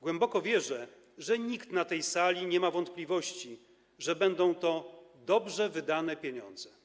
Głęboko wierzę, że nikt na tej sali nie ma wątpliwości, że będą to dobrze wydane pieniądze.